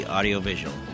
Audiovisual